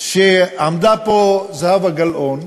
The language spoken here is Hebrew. עמדה פה זהבה גלאון